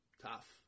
tough